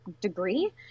degree